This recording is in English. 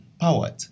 powered